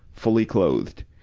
fully clothed.